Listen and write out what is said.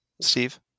Steve